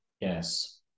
Yes